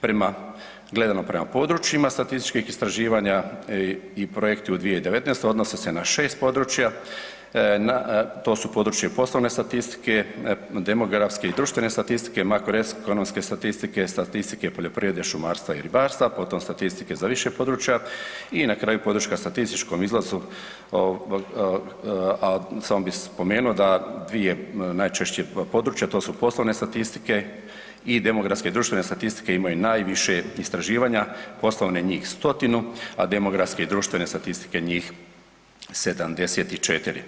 Prema, gledano prema područjima statističkih istraživanja i projekti u 2019. odnose se na 6 područja, na, to su područje poslovne statistike, demografske i društvene statistike, makroekonomske statistike, statistike poljoprivrede, šumarstva i ribarstva, potom statistike za više područja i na kraju podrška statističkom izlazu, a samo bi spomenuo da dvije najčešće područja, a to su poslovne statistike i demografske i društvene statistike imaju najviše istraživanja, poslovne njih 100-tinu, a demografske i društvene statistike njih 74.